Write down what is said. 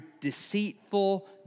deceitful